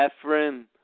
Ephraim